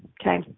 okay